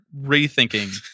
rethinking